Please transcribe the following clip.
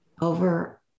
over